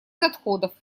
отходов